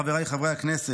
חבריי חברי הכנסת,